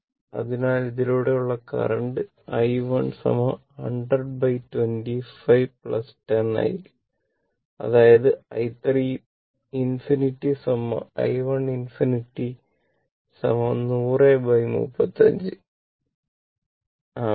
അതിനാൽ ഇതിലൂടെ ഉള്ള കറന്റ് i 1 100 25 10 ആയിരിക്കും അതായത് i 3 ∞ i 1 ∞ 100 35 ആമ്പിയർ